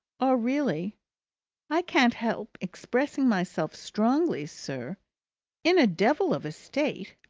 are really i can't help expressing myself strongly, sir in a devil of a state.